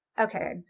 okay